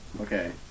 Okay